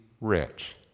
rich